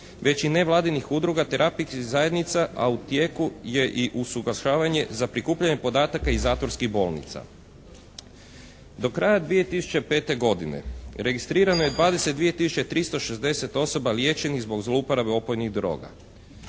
već i nevladinih udruga terapijskih zajednica u tijeku je i usuglašavanje za prikupljanje podataka iz zatvorskih bolnica. Do kraja 2005. godine registrirano je 22 tisuće 360 osoba liječenih zbog zlouporabe opojnih droga.